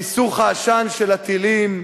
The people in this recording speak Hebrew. מיסוך העשן של הטילים,